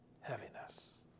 Heaviness